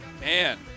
Man